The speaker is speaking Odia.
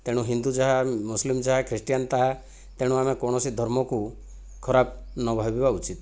ତେଣୁ ହିନ୍ଦୁ ଯାହା ମୁସଲିମ ଯାହା ଖ୍ରୀଷ୍ଟିୟାନ ତାହା ତେଣୁ ଆମେ କୌଣସି ଧର୍ମକୁ ଖରାପ ନ ଭାବିବା ଉଚିତ୍